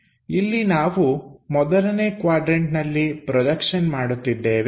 ಇಲ್ಲಿ ನಾವು ಮೊದಲನೇ ಕ್ವಾಡ್ರನ್ಟ ನಲ್ಲಿ ಪ್ರೊಜೆಕ್ಷನ್ ಮಾಡುತ್ತಿದ್ದೇವೆ